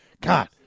God